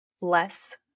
less